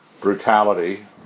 brutality